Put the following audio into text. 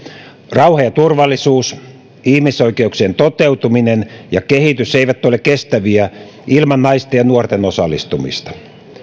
rauha ja turvallisuus ihmisoikeuksien toteutuminen ja kehitys eivät ole kestäviä ilman naisten ja nuorten osallistumista